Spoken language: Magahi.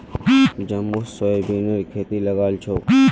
जम्बो सोयाबीनेर खेती लगाल छोक